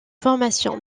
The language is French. formation